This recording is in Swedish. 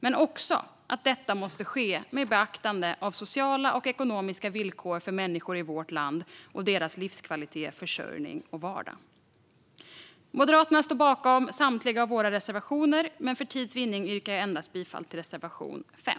Men detta måste ske med beaktande av sociala och ekonomiska villkor för människor i vårt land och deras livskvalitet, försörjning och vardag. Vi moderater står bakom samtliga våra reservationer, men för tids vinnande yrkar jag bifall endast till reservation 5.